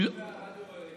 אני שומע רק רדיו חרדי.